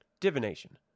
Divination